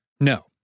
No